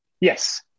Yes